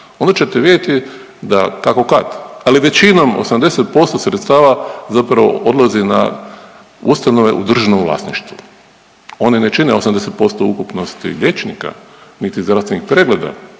onda ćete vidjeti da kako kad, ali većinom 80% sredstava zapravo odlazi na ustanove u državnom vlasništvu. One ne čine 80% ukupnosti liječnika niti zdravstvenih pregleda,